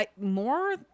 more